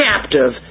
captive